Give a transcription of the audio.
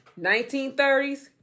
1930s